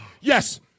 yes